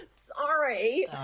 Sorry